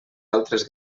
altres